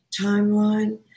timeline